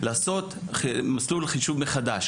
לעשות חישוב מסלול מחדש,